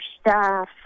staff